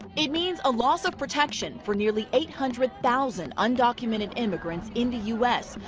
it means a loss of protection for nearly eight hundred thousand undocumented immigrants in the u s,